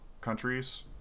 countries